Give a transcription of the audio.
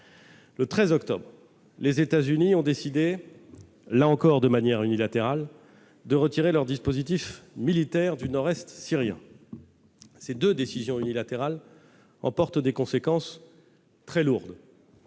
Le 13 octobre, les États-Unis ont décidé, là encore de manière unilatérale, de retirer leur dispositif militaire du nord-est syrien. Ces deux décisions unilatérales emportent des conséquences très lourdes